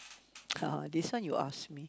ah this one you ask me